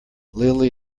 lily